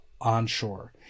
onshore